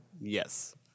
Yes